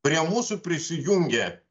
prie mūsų prisijungė